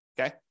okay